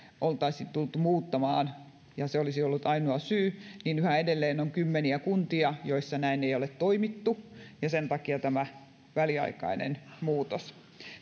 oltaisiin tultu muuttamaan ja se olisi ollut ainoa syy yhä edelleen on kymmeniä kuntia joissa näin ei ole toimittu ja sen takia tämä väliaikainen muutos